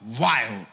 wild